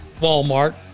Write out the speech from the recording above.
Walmart